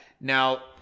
Now